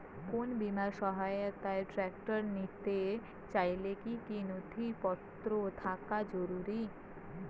কোন বিমার সহায়তায় ট্রাক্টর নিতে চাইলে কী কী নথিপত্র থাকা জরুরি?